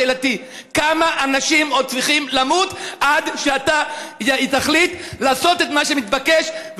שאלתי: כמה אנשים עוד צריכים למות עד שאתה תחליט לעשות את מה שמתבקש,